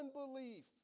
Unbelief